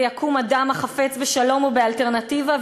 ויקום אדם החפץ בשלום ובאלטרנטיבה,